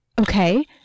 Okay